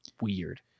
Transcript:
weird